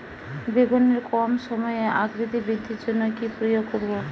বেগুনের কম সময়ে আকৃতি বৃদ্ধির জন্য কি প্রয়োগ করব?